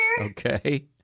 okay